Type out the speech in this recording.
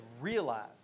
realized